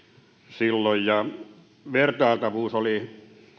silloin vertailtavuus oli